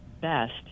best